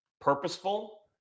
purposeful